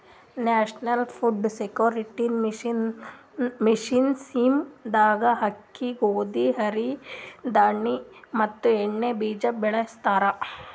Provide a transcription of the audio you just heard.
national food security mission scheme ದಾಗ ಅಕ್ಕಿ, ಗೋದಿ, ಸಿರಿ ಧಾಣಿ ಮತ್ ಎಣ್ಣಿ ಬೀಜ ಬೆಳಸ್ತರ